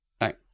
right